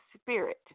spirit